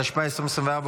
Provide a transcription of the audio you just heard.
התשפ"ה 2024,